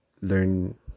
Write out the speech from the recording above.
learn